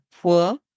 poor